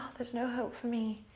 there's no hope for me!